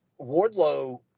Wardlow